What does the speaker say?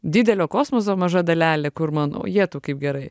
didelio kosmoso maža dalelė kur man ojetau kaip gerai